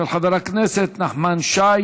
של חבר הכנסת נחמן שי